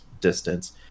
distance